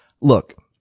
Look